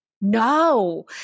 No